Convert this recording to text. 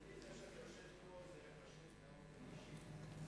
אדוני, זה שאני יושב פה זה, באופן אישי.